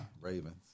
Ravens